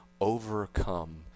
overcome